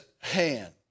hand